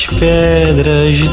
pedras